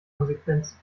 konsequenzen